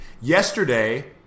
yesterday